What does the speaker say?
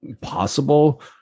possible